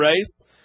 race